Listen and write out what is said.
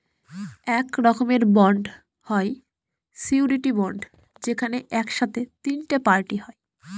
এক রকমের বন্ড হয় সিওরীটি বন্ড যেখানে এক সাথে তিনটে পার্টি হয়